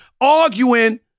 arguing